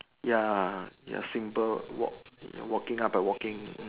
ya the symbol walking up and walking